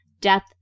death